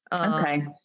okay